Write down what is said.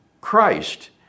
Christ